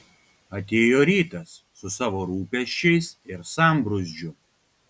atėjo rytas su savo rūpesčiais ir sambrūzdžiu